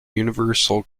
universal